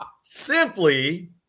Simply